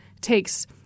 takes